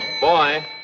Boy